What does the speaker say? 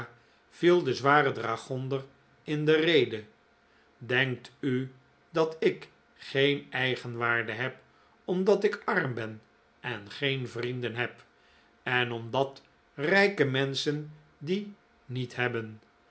viel de zware dragonder in de rede denkt u dat ik geen eigenwaarde heb omdat ik arm ben en geen vrienden heb en omdat rijke menschen die niet hebben